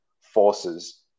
forces